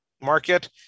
market